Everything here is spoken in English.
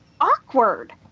awkward